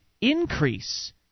increase